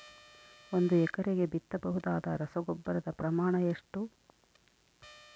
ಒಂದು ಎಕರೆಗೆ ಬಿತ್ತಬಹುದಾದ ರಸಗೊಬ್ಬರದ ಪ್ರಮಾಣ ಎಷ್ಟು?